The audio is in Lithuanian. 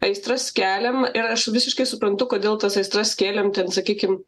aistras keliam ir aš visiškai suprantu kodėl tas aistras kėlėm ten sakykim